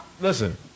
listen